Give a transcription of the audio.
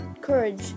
courage